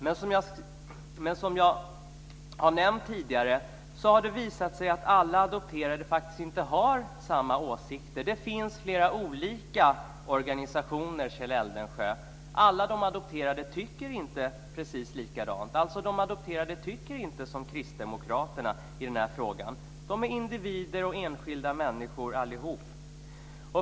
Men som jag har nämnt tidigare har det visat sig att alla adopterade faktiskt inte har samma åsikter. Det finns flera olika organisationer, Kjell Eldensjö. Alla de adopterade tycker inte precis likadant, och alla adopterade tycker alltså inte som Kristdemokraterna i den här frågan. De är individer och enskilda människor allihop.